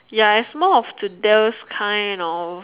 ya it's more of those kind of